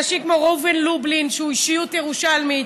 אנשים כמו ראובן לובלין, שהוא אישיות ירושלמית,